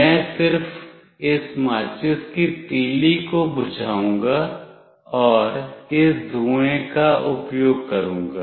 मैं सिर्फ इस माचिस की तीली को बुझाऊंगा और इस धुएं का उपयोग करूंगा